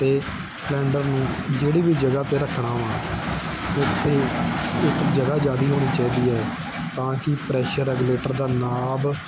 ਅਤੇ ਸਲੰਡਰ ਨੂੰ ਜਿਹੜੀ ਵੀ ਜਗ੍ਹਾ 'ਤੇ ਰੱਖਣਾ ਹੋਵੇ ਉੱਥੇ ਇੱਕ ਜਗ੍ਹਾ ਜ਼ਿਆਦਾ ਹੋਣੀ ਚਾਹੀਦੀ ਹੈ ਤਾਂ ਕਿ ਪ੍ਰੈਸ਼ਰ ਰੈਗੂਲੇਟਰ ਦਾ ਨਾਭ